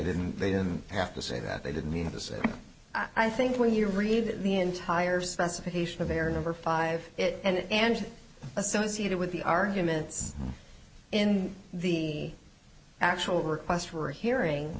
didn't they didn't have to say that they didn't mean to say i think when you read the entire specification of error number five and and associated with the arguments in the actual request for hearing